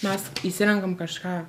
mes išsirenkam kažką